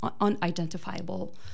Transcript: unidentifiable